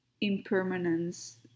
impermanence